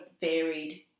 varied